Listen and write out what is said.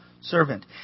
Servant